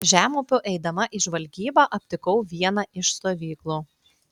žemupiu eidama į žvalgybą aptikau vieną iš stovyklų